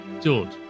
george